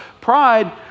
pride